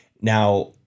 Now